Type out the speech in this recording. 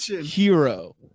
hero